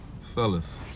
fellas